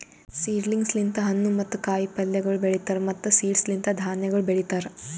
seedlings ಲಿಂತ್ ಹಣ್ಣು ಮತ್ತ ಕಾಯಿ ಪಲ್ಯಗೊಳ್ ಬೆಳೀತಾರ್ ಮತ್ತ್ ಸೀಡ್ಸ್ ಲಿಂತ್ ಧಾನ್ಯಗೊಳ್ ಬೆಳಿತಾರ್